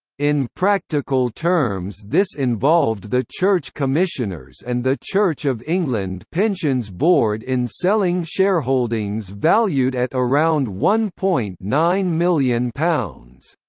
in practical terms this involved the church commissioners and the church of england pensions board in selling shareholdings valued at around one point nine million pounds.